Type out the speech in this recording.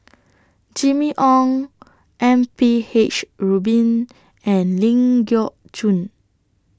Jimmy Ong M P H Rubin and Ling Geok Choon